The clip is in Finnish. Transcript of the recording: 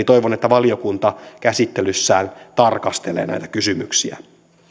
toivon että valiokunta käsittelyssään tarkastelee näitä kysymyksiä